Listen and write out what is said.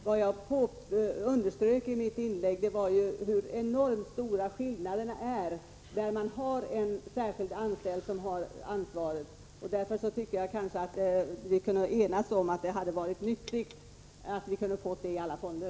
Vad jag underströk i mitt inlägg var hur enormt stora skillnaderna är där man har en särskilt anställd som har ansvaret för jämställdhetsarbetet. Därför tycker jag att vi borde kunna enas om att det hade varit lyckligt om vi hade kunnat få detta i alla fonder.